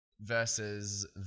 versus